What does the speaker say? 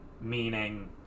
meaning